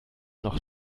noch